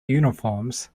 uniforms